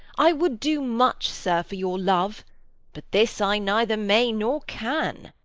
i would do much, sir, for your love but this i neither may, nor can.